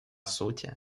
сути